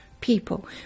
people